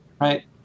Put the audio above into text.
right